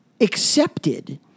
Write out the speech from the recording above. accepted